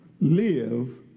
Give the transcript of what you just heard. live